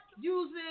using